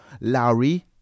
Lowry